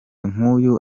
nk’uyu